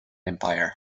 empire